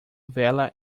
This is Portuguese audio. vela